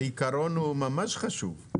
העיקרון הוא ממש חשוב.